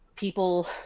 people